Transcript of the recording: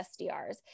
SDRs